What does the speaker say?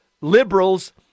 liberals